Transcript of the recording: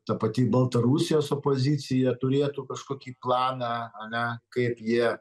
ta pati baltarusijos opozicija turėtų kažkokį planą ane kaip jie